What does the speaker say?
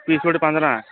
piece ଗୋଟେ ପନ୍ଦର ଟଙ୍କା